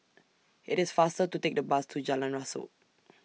IT IS faster to Take The Bus to Jalan Rasok